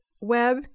web